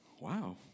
Wow